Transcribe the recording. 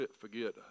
forget